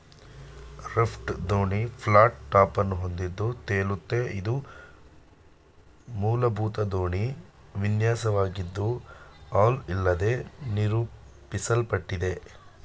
raft ದೋಣಿ flat ಟಾಪನ್ನು ಹೊಂದಿದ್ದು ತೇಲುತ್ತೆ ಇದು ಮೂಲಭೂತ ದೋಣಿ ವಿನ್ಯಾಸವಾಗಿದ್ದು ಹಲ್ ಇಲ್ಲದೇ ನಿರೂಪಿಸಲ್ಪಟ್ಟಿದೆ